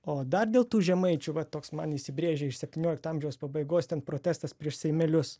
o dar dėl tų žemaičių va toks man įsibrėžė iš septyniolikto amžiaus pabaigos ten protestas prieš seimelius